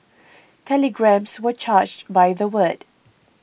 telegrams were charged by the word